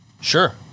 Sure